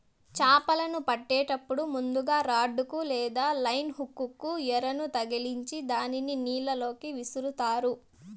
చాపలను పట్టేటప్పుడు ముందుగ రాడ్ కు లేదా లైన్ హుక్ కు ఎరను తగిలిచ్చి దానిని నీళ్ళ లోకి విసురుతారు